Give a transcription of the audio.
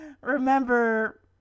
remember